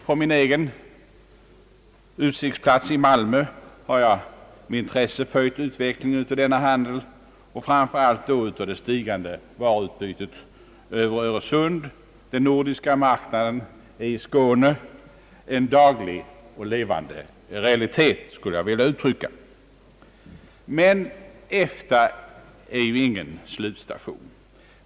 Från min egen utsiktsplats i Malmö har jag med intresse följt utvecklingen av denna handel och framför allt det stigande varuutbytet över Öresund; den nordiska marknaden är i Skåne en levande daglig realitet, skulle jag vilja säga. Men EFTA är ju ingen slutstation.